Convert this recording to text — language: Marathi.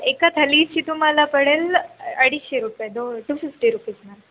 एका थाळीची तुम्हाला पडेल अडीचशे रुपये two two fifty rupees ma'am